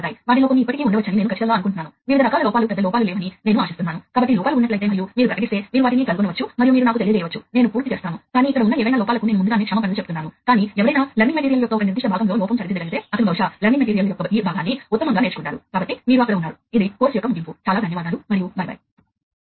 ఆపై వారు ఇతర పరికరాలతో ఆ విభాగంలో లేదా ఇతర విభాగాలలో మాట్లాడుతారు మరియు వీటిని ఉపయోగించి ఫీల్డ్ బస్ అన్ని రకాల పరికరాలకు అనగా నెట్వర్క్ లో నేరుగా కనెక్ట్ అయ్యే వాటికి లేదా నెట్వర్క్ లో కనెక్ట్ చేయలేని పరికరాలకు మద్దతు ఇస్తుందని మీరు చూడవచ్చు